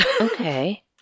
Okay